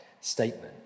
statement